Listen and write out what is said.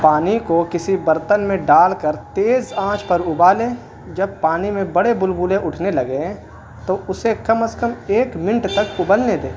پانی کو کسی برتن میں ڈال کر تیز آنچ پر ابالیں جب پانی میں بڑے بل بلے اٹھنے لگے ہیں تو اسے کم از کم ایک منٹ تک ابلنے دیں